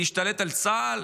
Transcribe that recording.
להשתלט על צה"ל?